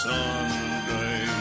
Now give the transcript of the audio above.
Sunday